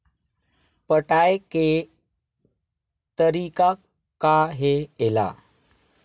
पटाय के तरीका का हे एला?